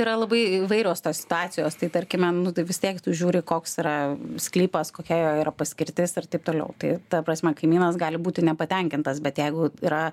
yra labai įvairios tos situacijos tai tarkime nu tai vis tiek tu žiūri koks yra sklypas kokia jo yra paskirtis ir taip toliau tai ta prasme kaimynas gali būti nepatenkintas bet jeigu yra